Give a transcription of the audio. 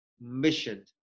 mission